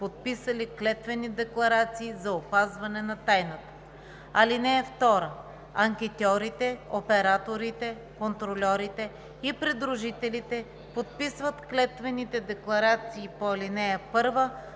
подписали клетвени декларации за опазване на тайната. (2) Анкетьорите, операторите, контрольорите и придружителите подписват клетвените декларации по ал. 1